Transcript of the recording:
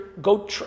Go